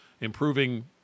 improving